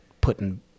putting